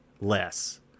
less